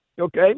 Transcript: Okay